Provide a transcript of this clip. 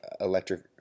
electric